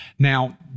Now